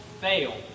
fail